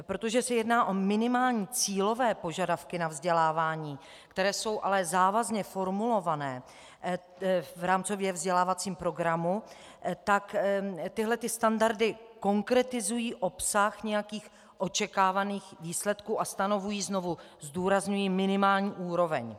Protože se jedná o minimální cílové požadavky na vzdělávání, které jsou ale závazně formulovány v rámcově vzdělávacím programu, tak tyhle standardy konkretizují obsah nějakých očekávaných výsledků a stanovují, znovu zdůrazňuji, minimální úroveň.